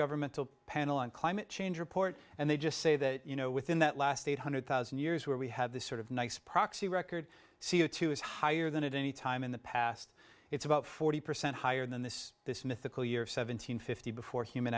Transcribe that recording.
intergovernmental panel on climate change report and they just say that you know within that last eight hundred thousand years where we have this sort of nice proxy record c o two is higher than at any time in the past it's about forty percent higher than this this mythical year of seven hundred fifty before human